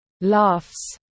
Laughs